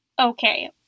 Okay